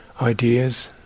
ideas